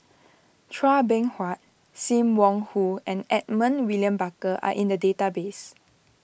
Chua Beng Huat Sim Wong Hoo and Edmund William Barker are in the database